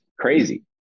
crazy